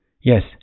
Yes